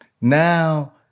now